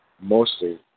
mostly